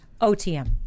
OTM